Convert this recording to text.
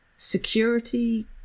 security